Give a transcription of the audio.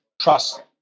trust